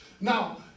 Now